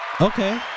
Okay